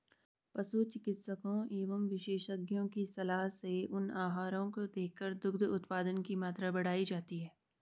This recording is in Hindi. पशु चिकित्सकों एवं विशेषज्ञों की सलाह से उन आहारों को देकर दुग्ध उत्पादन की मात्रा बढ़ाई जाती है